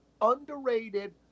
underrated